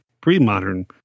pre-modern